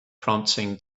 prompting